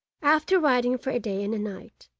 after riding for a day and a night,